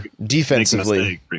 defensively